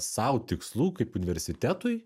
sau tikslų kaip universitetui